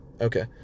okay